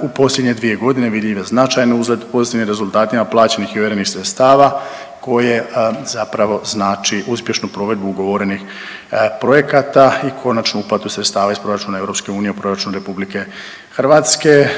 U posljednje dvije godine vidljiv je značajan uzlet pozitivnim rezultatima plaćenih i ovjerenih sredstava koje zapravo znači uspješnu provedbu ugovorenih projekata i konačnu uplatu sredstava iz proračuna EU u proračun Republike Hrvatske